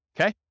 Okay